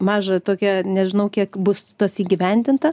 maža tokia nežinau kiek bus tas įgyvendinta